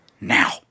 Now